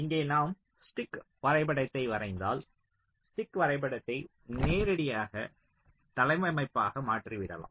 இங்கே நாம் ஸ்டிக் வரைபடத்தை வரைந்தால் ஸ்டிக் வரைபடத்தை நேரடியாக தளவமைப்பாக மாற்றிவிடலாம்